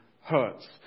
hurts